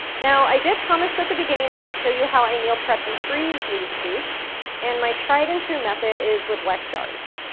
now i did promise at the beginning that i'd show you how i meal prep and freeze these soups and my tried and true method is with weck jars.